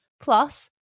plus